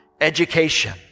education